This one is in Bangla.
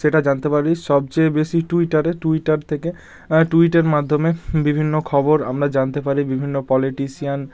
সেটা জানতে পারি সবচেয়ে বেশি টুইটারে টুইটার থেকে টুইটের মাধ্যমে বিভিন্ন খবর আমরা জানতে পারি বিভিন্ন পলিটিশিয়ান